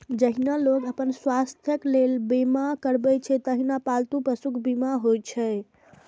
जहिना लोग अपन स्वास्थ्यक लेल बीमा करबै छै, तहिना पालतू पशुक बीमा होइ छै